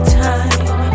time